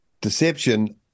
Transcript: deception